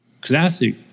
classic